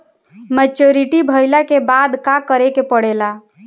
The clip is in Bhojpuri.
मैच्योरिटी भईला के बाद का करे के पड़ेला?